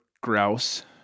Grouse